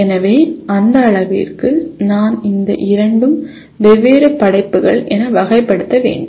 எனவே அந்த அளவிற்கு நான் இந்த இரண்டும் வெவ்வேறு படைப்புகள் என வகைப்படுத்த வேண்டும்